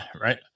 Right